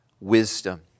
wisdom